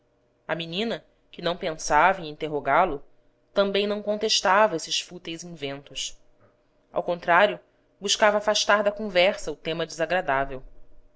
a menina que não pensava em interrogá-lo também não contestava esses fúteis inventos ao contrário buscava afastar da conversa o tema desagradável